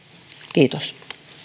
kiitos